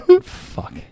Fuck